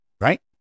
Right